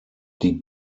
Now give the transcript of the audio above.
die